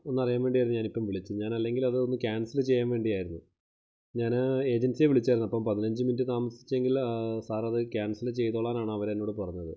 ഒന്നറിയാന് വേണ്ടിയായിരുന്നു ഞാനിപ്പം വിളിച്ചത് ഞാനല്ലെങ്കില് അതൊന്നു ക്യാന്സല് ചെയ്യാന് വേണ്ടിയായിരുന്നു ഞാന് ഏജന്സിയെ വിളിച്ചായിരുന്നു അപ്പം പതിനഞ്ച് മിനിറ്റ് താമസിച്ചെങ്കില് സാറത് ക്യാന്സല് ചെയ്തോളാനാണ് അവര് എന്നോട് പറഞ്ഞത്